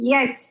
Yes